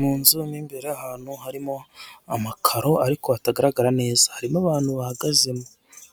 Mu nzu mu imbere ahantu harimo amakaro ariko hatagaragara neza harimo abantu bahagazemo